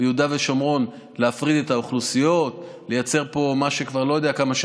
זה אירוע הרבה יותר